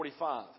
45